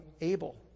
able